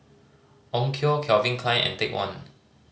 Onkyo Calvin Klein and Take One